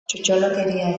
txotxolokeria